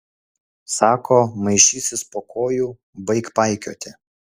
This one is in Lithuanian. sako maišysis po kojų baik paikioti